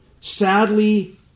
sadly